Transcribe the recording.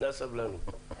נא סבלנות.